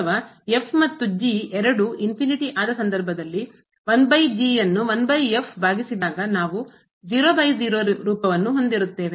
ಅಥವಾ ಮತ್ತು ಎರಡೂ ಆದ ಸಂದರ್ಭದಲ್ಲಿ 1 ಅನ್ನು ಭಾಗಿಸಿದಾಗ ನಾವು 00 ರೂಪವನ್ನು ಹೊಂದಿರುತ್ತೇವೆ